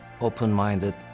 open-minded